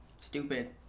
stupid